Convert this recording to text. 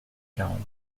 quarante